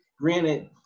Granted